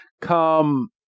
come